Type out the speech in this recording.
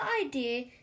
idea